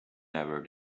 never